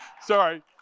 Sorry